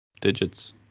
digits